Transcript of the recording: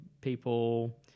people